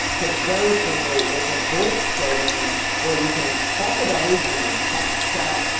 put very simply, it's a voip program where you can talk with others using text chat,